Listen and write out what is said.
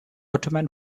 ottoman